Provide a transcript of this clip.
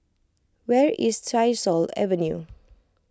where is Tyersall Avenue